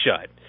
shut